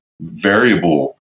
variable